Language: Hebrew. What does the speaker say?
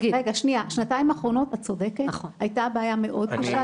בשנתיים האחרונות את צודקת - הייתה בעיה מאוד קשה.